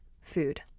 food